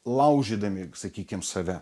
laužydami sakykim save